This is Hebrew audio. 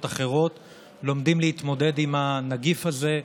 אחרות לומדים להתמודד עם הנגיף הזה,